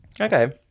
Okay